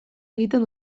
egiten